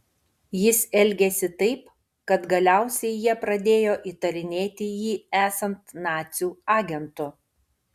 jis elgėsi taip kad galiausiai jie pradėjo įtarinėti jį esant nacių agentu